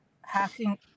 hacking